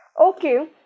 Okay